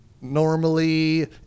normally